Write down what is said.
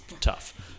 tough